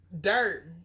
dirt